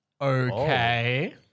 Okay